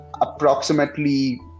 approximately